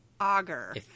Auger